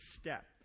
step